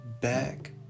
back